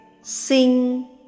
sing